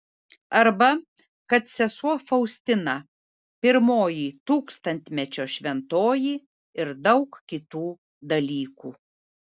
arba kad sesuo faustina pirmoji tūkstantmečio šventoji ir daug kitų dalykų